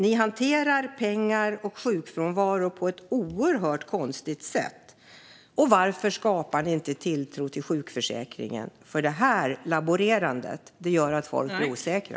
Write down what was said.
Ni hanterar pengar och sjukfrånvaro på ett oerhört konstigt sätt. Varför skapar ni inte tilltro till sjukförsäkringen? Det här laborerandet gör att människor blir osäkra.